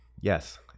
Yes